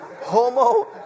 Homo